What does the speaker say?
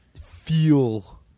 feel